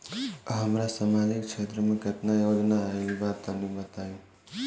हमरा समाजिक क्षेत्र में केतना योजना आइल बा तनि बताईं?